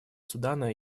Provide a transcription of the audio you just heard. судана